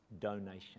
donation